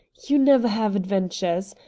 you never have adventures.